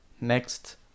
next